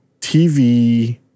TV